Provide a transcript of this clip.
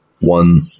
one